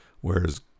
whereas